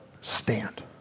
stand